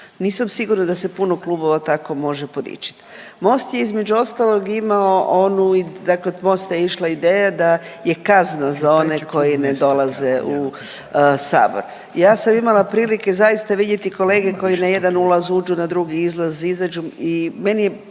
Nisam sigurna da se puno klubova tako može podičit. Most je između ostalog imao onu, dakle od Mosta je išla ideja da je kazna za one koji ne dolaze u sabor. Ja sam imala prilike zaista vidjeti kolege koji na jedan ulaz uđu, na drugi izlaz izađu i meni je,